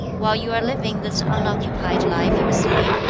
while you are living this unoccupied life you are saying,